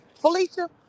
Felicia